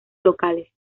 locales